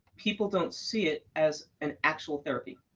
people don't see it as an actual therapy.